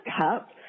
cup